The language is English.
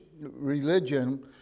religion